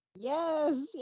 Yes